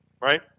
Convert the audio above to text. right